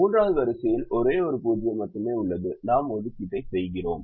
மூன்றாவது வரிசையில் ஒரே ஒரு 0 மட்டுமே உள்ளது நாம் ஒதுக்கீட்டை செய்கிறோம்